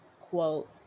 quote